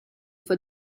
for